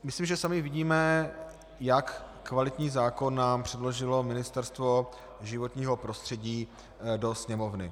Myslím, že sami vidíme, jak kvalitní zákon nám předložilo Ministerstvo životního prostředí do Sněmovny.